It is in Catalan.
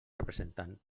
representant